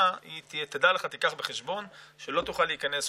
כמה שיותר מהר למקום העבודה כדי שהוא יוכל להחזיק את עצמו.